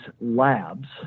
labs